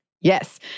Yes